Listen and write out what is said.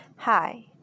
Hi